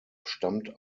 stammt